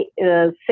six